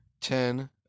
ten